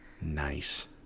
Nice